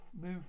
move